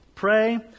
pray